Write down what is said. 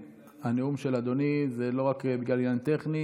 הנאום של אדוני זה לא רק בגלל עניין טכני.